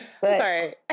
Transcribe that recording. sorry